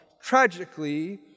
tragically